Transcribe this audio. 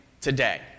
today